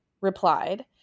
replied